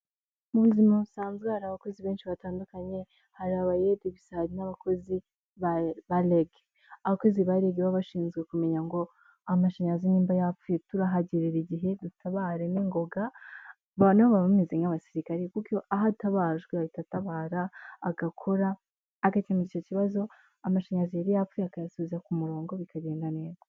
Mu buzima busanzwe hari abakozi benshi batandukanye, hari abayede bisa n'abakozi ba ba lege, abakozi bariga baba bashinzwe kumenya ngo amashanyarazi nimba yapfuye turahagerera igihe, dutabare n'ingoga noneho baba bameze nk'abasirikare, aho atabajwe ahita atabara agakora, agakemura icyo kibazo, amashanyazi yari yapfuye akayasubiza ku murongo bikagenda neza.